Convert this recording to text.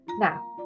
Now